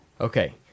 Okay